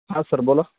हा सर बोला